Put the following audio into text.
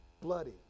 bloody